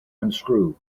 unscrew